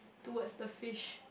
towards the fish